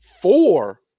four